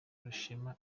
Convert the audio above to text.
rushema